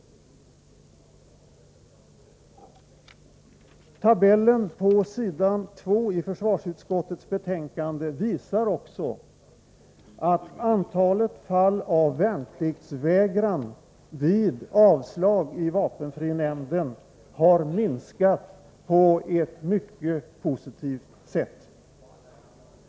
Tabellen på s. 2i försvarsutskottets betänkande visar också att antalet fall av värnpliktsvägran vid avslag i vapenfrinämnden har minskat på ett mycket positivt sätt.